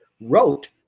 wrote